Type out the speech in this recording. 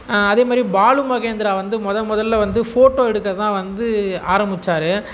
அதேமாதிரி பாலுமகேந்திரா வந்து முதல் முதல்ல வந்து ஃபோட்டோ எடுக்க தான் வந்து ஆரம்மிச்சாரு